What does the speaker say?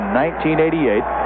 1988